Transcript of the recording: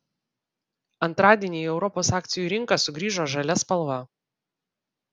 antradienį į europos akcijų rinką sugrįžo žalia spalva